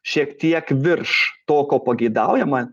šiek tiek virš to ko pageidaujama